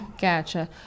gotcha